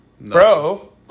bro